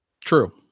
True